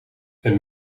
een